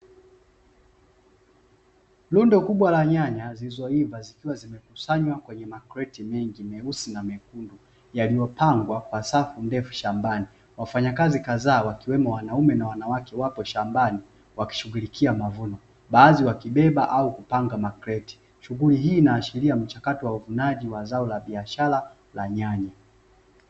Rundo kubwa la nyanya zilizoiva zikiwa zimekusanywa kwenye makreti mengi meusi na mekundu, yaliyopangwa kwa safu ndefu shambani. Wafanyakazi kadhaa wakiwemo wanaume na wanawake wapo shambani, wakishughulikia mavuno, baadhi wakibeba au kupanga makreti. Shughuli hii inaashiria mchakato wa uvunaji, wa zao la biashara la nyanya.